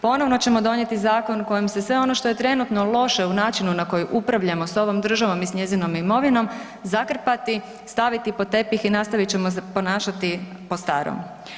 Ponovno ćemo donijeti zakon kojim se sve ono što je trenutno loše u načinu na koji upravljamo s ovom državom i s njezinom imovinom, zakrpati, staviti pod tepih i nastavit ćemo se ponašati po starom.